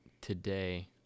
today